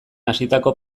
hasitako